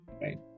right